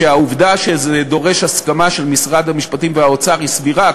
שהעובדה שזה דורש הסכמה של משרד המשפטים ומשרד האוצר היא סבירה.